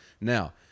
Now